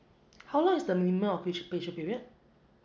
how long is the minimum of pitch pitching period